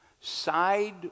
Side